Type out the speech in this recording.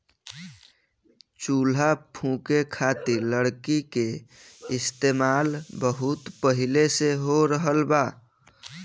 चूल्हा फुके खातिर लकड़ी के इस्तेमाल बहुत पहिले से हो रहल बा